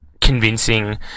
convincing